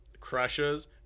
crushes